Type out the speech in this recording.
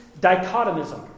dichotomism